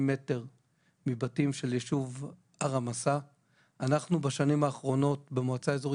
הרעש בים גם עובר.